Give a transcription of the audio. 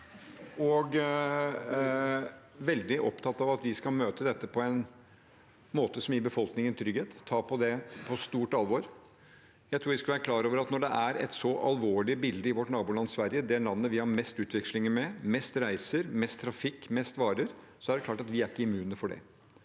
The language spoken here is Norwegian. og veldig opptatt av at vi skal møte dette på en måte som gir befolkningen trygghet, og ta det på stort alvor. Jeg tror vi skal være klar over at når det er et så alvorlig bilde i vårt naboland Sverige – det landet vi har mest utvekslinger med, mest reiser, mest trafikk, mest varer – er vi ikke immune for det.